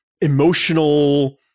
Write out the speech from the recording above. emotional